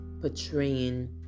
portraying